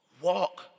walk